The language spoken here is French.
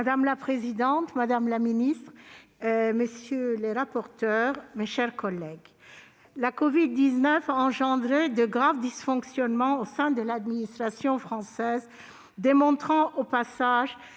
Madame la présidente, madame la ministre, mes chers collègues, la covid-19 a engendré de graves dysfonctionnements au sein de l'administration française, démontrant au passage